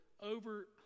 over